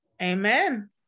Amen